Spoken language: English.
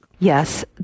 Yes